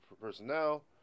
personnel